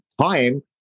time